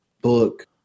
book